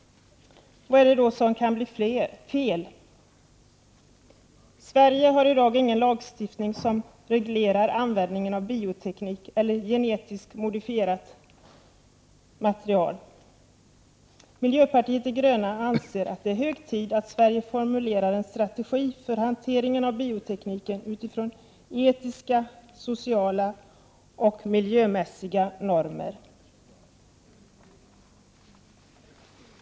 Vad är det då som kan bli fel? Sverige har i dag ingen lagstiftning som reglerar användningen av bioteknik eller genetiskt modifierat material. Miljöpartiet de gröna anser att det är hög tid att Sverige formulerar en strategi för hanteringen av biotekniken utifrån etiska, sociala och miljömässiga normer.